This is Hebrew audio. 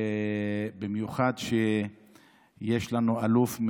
ובייחוד כשיש לנו אלוף,